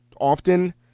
often